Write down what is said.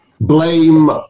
Blame